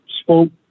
spoke